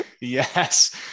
Yes